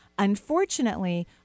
unfortunately